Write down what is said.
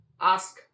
ask